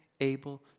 able